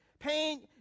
Pain